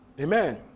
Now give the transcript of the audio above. Amen